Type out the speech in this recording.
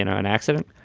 you know an accident?